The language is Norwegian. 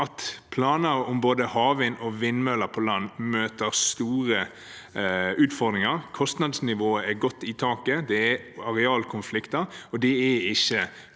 at planer om både havvind og vindmøller på land møter store utfordringer, kostnadsnivået har gått i taket, og det er arealkonflikter. Det er ikke